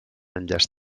enllaç